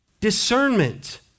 discernment